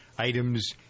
Items